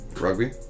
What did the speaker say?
Rugby